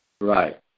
right